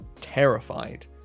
terrified